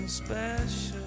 special